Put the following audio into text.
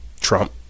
Trump